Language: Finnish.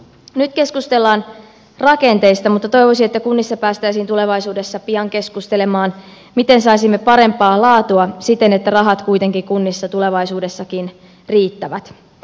nyt keskustellaan rakenteista mutta toivoisin että kunnissa päästäisiin tulevaisuudessa pian keskustelemaan siitä miten saisimme parempaa laatua siten että rahat kuitenkin kunnissa tulevaisuudessakin riittävät